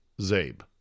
Zabe